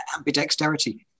Ambidexterity